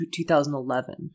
2011